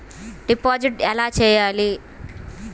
Deposit ఎలా చెయ్యాలి?